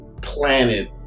planet